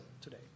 today